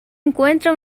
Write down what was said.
encuentra